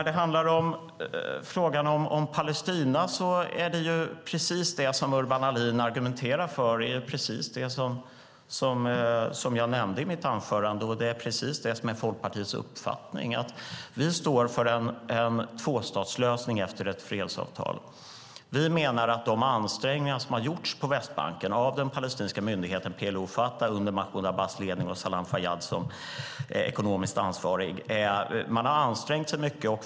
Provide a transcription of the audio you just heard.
Det Urban Ahlin argumenterar för i fråga om Palestina är precis det jag nämnde i mitt anförande. Det är precis Folkpartiets uppfattning. Vi står för en tvåstatslösning efter ett fredsavtal. Vi menar att de ansträngningar som har gjorts på Västbanken av den palestinska myndigheten, PLO och Fatah under Mahmud Abbas ledning och Salam Fayyad som ekonomiskt ansvarig har varit omfattande.